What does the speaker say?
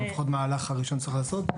לפחות המהלך הראשון צריך לעשות,